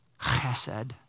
Chesed